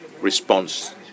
response